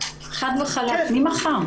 חד וחלק, ממחר.